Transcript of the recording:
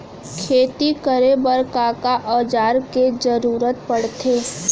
खेती करे बर का का औज़ार के जरूरत पढ़थे?